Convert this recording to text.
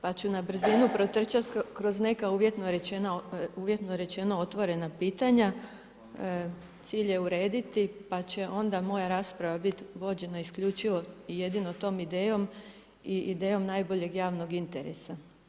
Pa ću na brzinu protrčati, kroz neka uvjetno rečeno uvjetna pitanja, cilj je urediti, pa će onda moja rasprava biti vođena isključivo i jedino tom idejom i idejom najboljeg javnog interesa.